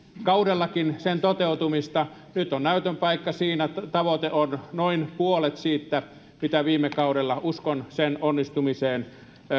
kaudellakin sen toteutumista nyt on näytön paikka kun tavoite on noin puolet siitä mitä viime kaudella uskon sen onnistumiseen